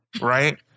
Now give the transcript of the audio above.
Right